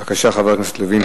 בבקשה, חבר הכנסת לוין.